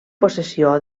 possessió